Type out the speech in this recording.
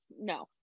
no